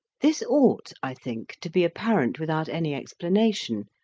this ought, i think, to be apparent without any explanation.